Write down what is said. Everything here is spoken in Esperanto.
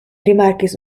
rimarkis